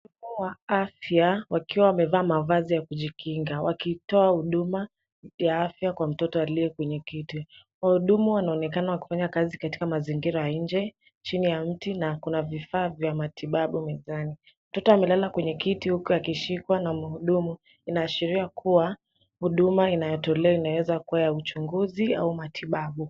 Kituo ya afya wakiwa wamevaa mavazi ya kujikinga wakitoa huduma ya afya kwa mtoto aliye kwenye kiti. Wahudumu wanaonekana wakifanya kazi katika mazingira ya nje, chini ya mti na kuna vifaa vya matibabu mezani. Mtoto amelala kwenye kiti huku akishikwa na muhudumu, inaashiria kuwa huduma inayotolewa inaweza kuwa ya uchunguzi au matibabu.